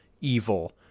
evil